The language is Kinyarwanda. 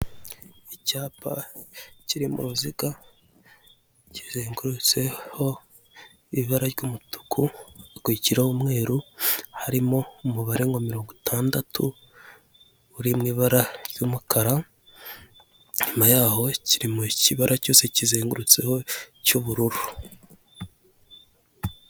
Icyapa kiri mu ruziga kizengutseho ibara ry'umutuku hakurikira umweru harimo umubare wa mirongo itandatu uri mu ibara ry'umukara inyuma yaho kiri mu kibara cyose kizengurutseho cy'ubururu.